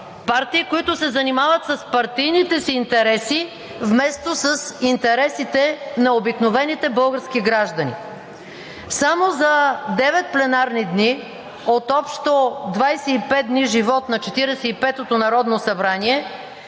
партии, които се занимават с партийните си интереси, вместо с интересите на обикновените български граждани. Само за девет пленарни дни от общо 25 дни живот на 45-ото народно събрание,